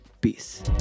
Peace